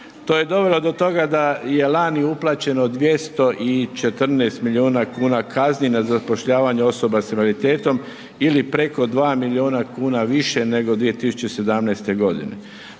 To je dovelo do toga da je lani uplaćeno 214 milijuna kuna kazni na zapošljavanje osoba s invaliditetom ili preko 2 milijuna kuna više nego 2017.g.